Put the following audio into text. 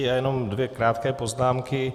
Já jenom dvě krátké poznámky.